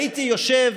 הייתי יושב,